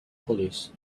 pulleys